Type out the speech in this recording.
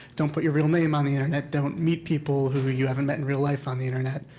don't put your real name on the internet. don't meet people who you haven't met in real life on the internet,